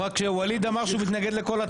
ווליד אמר שהוא מתנגד לכל הצעה.